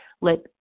let